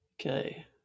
Okay